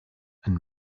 and